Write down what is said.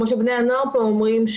כמו שבני הנוער פה אומרים,